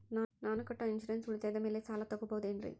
ನಾನು ಕಟ್ಟೊ ಇನ್ಸೂರೆನ್ಸ್ ಉಳಿತಾಯದ ಮೇಲೆ ಸಾಲ ತಗೋಬಹುದೇನ್ರಿ?